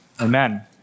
Amen